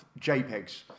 JPEGs